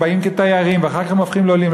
הם באים כתיירים ואחר כך הם הופכים לעולים,